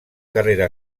carrera